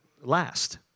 last